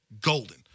golden